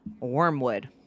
Wormwood